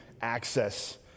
access